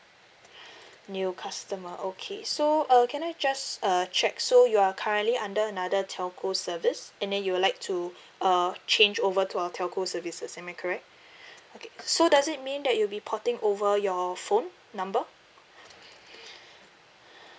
new customer okay so uh can I just uh check so you are currently under another telco service and then you would like to uh change over to our telco services am I correct okay so does it mean that you'll be porting over your phone number